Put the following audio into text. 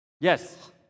Yes